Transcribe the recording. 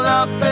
up